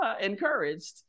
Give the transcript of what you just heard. encouraged